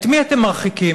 את מי אתם מרחיקים?